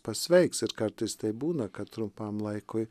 pasveiks ir kartais taip būna kad trumpam laikui